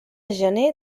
gener